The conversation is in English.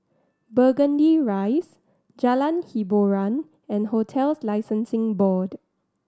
Burgundy Rise Jalan Hiboran and Hotels Licensing Board